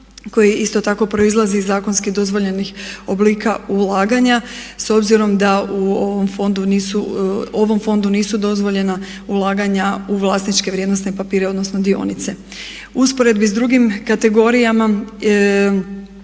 koji isto tako proizlazi iz zakonski dozvoljenih oblika ulaganja s obzirom da u ovom fondu nisu dozvoljena u vlasničke vrijednosne papire odnosno dionice. U usporedbi s drugim kategorijama